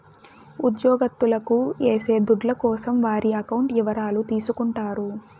ఉద్యోగత్తులకు ఏసే దుడ్ల కోసం వారి అకౌంట్ ఇవరాలు తీసుకుంటారు